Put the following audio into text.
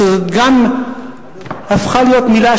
שזאת גם הפכה להיות מלה,